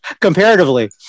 comparatively